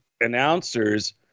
announcers